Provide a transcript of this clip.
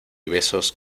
besos